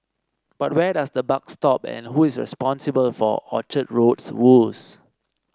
but where does the buck stop and who is responsible for Orchard Road's woes